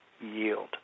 yield